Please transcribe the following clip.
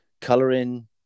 coloring